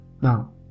Now